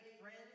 Friends